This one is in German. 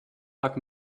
hat